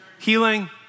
healing